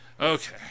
Okay